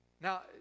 Now